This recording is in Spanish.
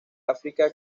áfrica